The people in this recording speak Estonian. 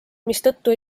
mistõttu